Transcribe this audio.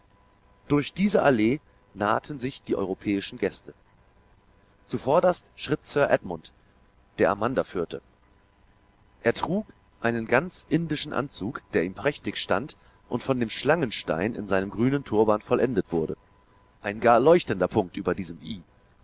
durch diese allee nahten sich die europäischen gäste zuvorderst schritt sir edmund der amanda führte er trug einen ganz indischen anzug der ihm prächtig stand und von dem schlangenstein in seinem grünen turban vollendet wurde ein gar leuchtender punkt über diesem